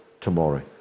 tomorrow